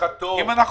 אם אנחנו